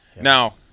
Now